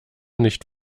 nicht